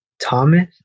Thomas